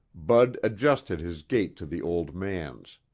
bud adjusted his gait to the old man's.